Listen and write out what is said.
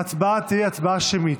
ההצבעה תהיה הצבעה שמית.